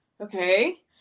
okay